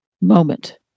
moment